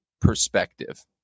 perspective